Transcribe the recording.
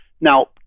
Now